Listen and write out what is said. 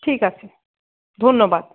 ঠিক আছে ধন্যবাদ